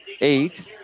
eight